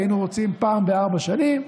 היינו רוצים אחת לארבע שנים,